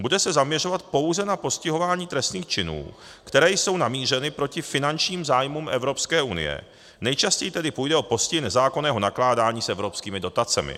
Bude se zaměřovat pouze na postihování trestných činů, které jsou namířeny proti finančním zájmům Evropské unie, nejčastěji tedy půjde o postih nezákonného nakládání s evropskými dotacemi.